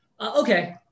okay